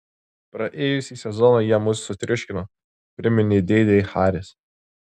praėjusį sezoną jie mus sutriuškino priminė dėdei haris